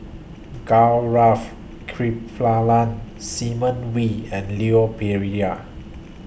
Gaurav Kripalani Simon Wee and Leon Perera